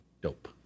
Dope